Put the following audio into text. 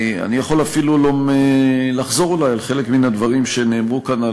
אני יכול אפילו לחזור אולי על חלק מן הדברים שהוא אמר כאן,